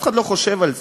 אף אחד לא חושב על זה.